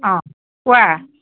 অঁ কোৱা